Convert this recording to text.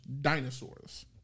dinosaurs